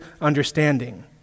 understanding